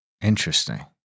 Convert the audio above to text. Interesting